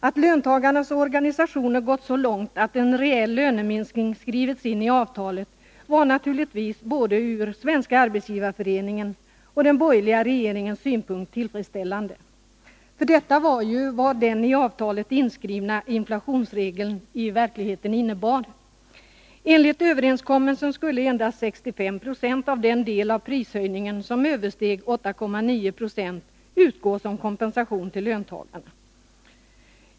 Att löntagarnas organisationer gått så långt att en reell löneminskning skrivits in i avtalet var naturligtvis både ur Svenska arbetsgivareföreningens och den borgerliga regeringens synpunkt tillfredsställande. För detta var ju vad den i avtalet inskrivna inflationsregeln i verkligheten innebar. Enligt överenskommelsen skulle endast 65 26 av den del av prishöjningen som översteg 8,9 20 utgå som kompensation till löntagarna.